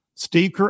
Steve